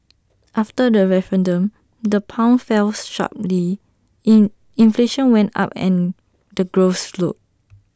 after the referendum the pound fells sharply in inflation went up and the growth slowed